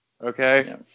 Okay